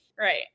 Right